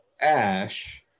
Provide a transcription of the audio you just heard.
Ash